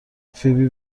فیبی